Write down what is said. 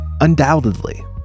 Undoubtedly